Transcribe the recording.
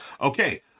Okay